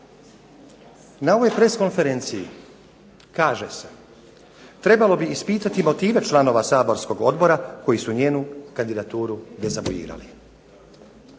Na ovoj press konferenciji kaže se trebalo bi ispitati motive članova saborskog odbora koji su njenu kandidaturu dezavuirali.